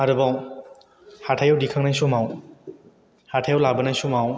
आरोबाव हाथाइयाव दिखांनाय समाव हाथाइयाव लाबोनाय समाव